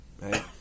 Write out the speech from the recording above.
Right